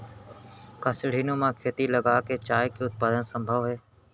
का सीढ़ीनुमा खेती लगा के चाय के उत्पादन सम्भव हे?